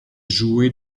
jouée